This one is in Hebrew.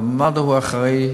אבל מד"א הוא האחראי,